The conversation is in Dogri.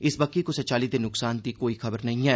इस बक्खी कुसा चाल्ली दे नुक्सान दी कोई खबर नेई ऐ